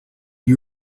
you